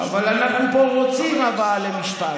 אבל אנחנו פה רוצים הבאה למשפט,